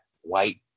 white